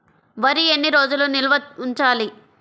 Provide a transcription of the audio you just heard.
వరి ఎన్ని రోజులు నిల్వ ఉంచాలి?